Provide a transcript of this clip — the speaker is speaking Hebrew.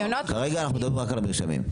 כרגע אנחנו מדברים רק על המרשמים.